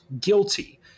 guilty